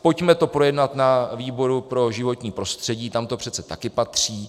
Pojďme to projednat na výboru pro životní prostředí, tam to přece taky patří.